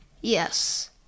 Yes